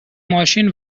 ماشین